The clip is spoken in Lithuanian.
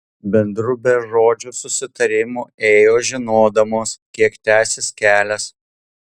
bendru bežodžiu susitarimu ėjo žinodamos kiek tęsis kelias